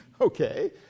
Okay